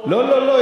לא לא לא,